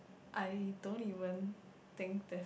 I don't even think this